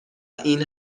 این